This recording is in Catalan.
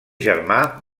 germà